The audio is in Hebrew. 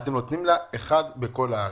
ואתם נותנים לה רישיון אחד בכל הארץ?